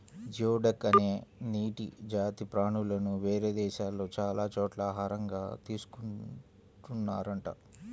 geoduck అనే నీటి జాతి ప్రాణులను వేరే దేశాల్లో చాలా చోట్ల ఆహారంగా తీసుకున్తున్నారంట